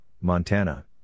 Montana